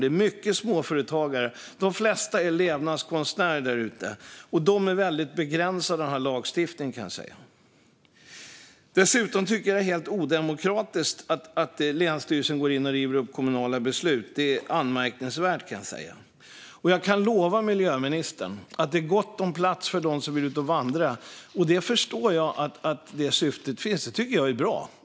Det är mycket småföretagare. De flesta är levnadskonstnärer där ute, och de är väldigt begränsade av den här lagstiftningen. Dessutom tycker jag att det är helt odemokratiskt att länsstyrelsen går in och river upp kommunala beslut. Det är anmärkningsvärt. Och jag kan lova miljöministern att det finns gott om plats för dem som vill ut och vandra. Jag förstår att det syftet finns. Det tycker jag är bra.